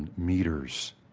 and meters,